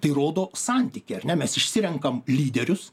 tai rodo santykį ar ne mes išsirenkam lyderius